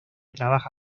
trabaja